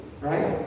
right